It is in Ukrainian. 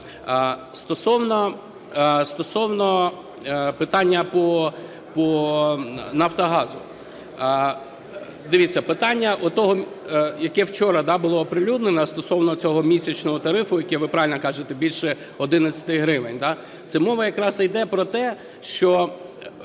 Стосовно питання по "Нафтогазу". Дивіться, питання, яке вчора було оприлюднено стосовно цього місячного тарифу, яке, ви правильно кажете, більше 11 гривень. Це мова якраз іде про те, що